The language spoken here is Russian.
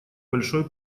большой